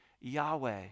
Yahweh